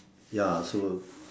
ya so